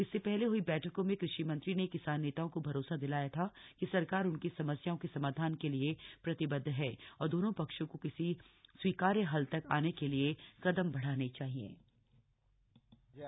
इससे पहले ह्ई बैठकों में कृषि मंत्री ने किसान नेताओं को भरोसा दिलाया था कि सरकार उनकी समस्याओं के समाधान के लिए प्रतिबद्ध है और दोनों पक्षों को किसी स्वीकार्य हल तक आने के लिए कदम बढाने चाहिये